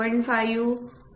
5 4